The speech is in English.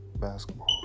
Basketball